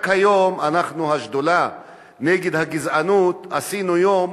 רק היום אנחנו, השדולה נגד הגזענות, עשינו יום